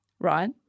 right